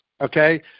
okay